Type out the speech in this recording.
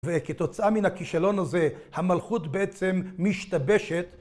וכתוצאה מן הכישלון הזה המלכות בעצם משתבשת.